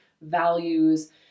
values